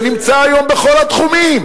שנמצא היום בכל התחומים,